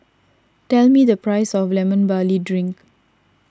tell me the price of Lemon Barley Drink